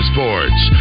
Sports